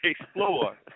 explore